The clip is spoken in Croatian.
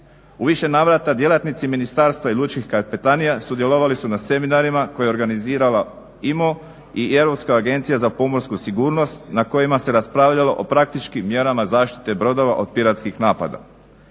U više navrata djelatnici ministarstva i lučkih kapetanija sudjelovali su na seminarima koje je organizirala EMO i Europska agencija za pomorsku sigurnost na kojima se raspravljalo o praktičkim mjerama zaštite brodova od piratskih napada.